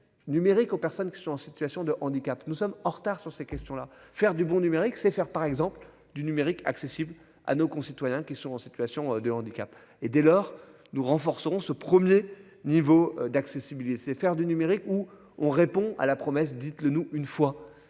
Numérique aux personnes qui sont en situation de handicap. Nous sommes en retard sur ces questions là faire du monde numérique c'est faire par exemple du numérique, accessible à nos concitoyens qui sont en situation de handicap et dès lors nous renforcerons ce 1er niveau d'accessibilité c'est faire du numérique où on répond à la promesse, dites-le nous une fois